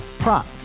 Prop